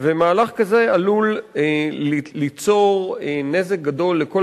ומהלך כזה עלול ליצור נזק גדול לכל